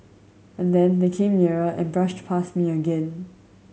and then they came nearer and brushed past me again